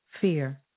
fear